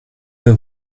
pas